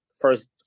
first